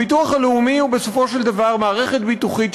הביטוח הלאומי הוא בסופו של דבר מערכת ביטוחית,